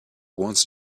wants